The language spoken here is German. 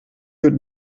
wird